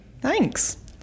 Thanks